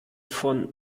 von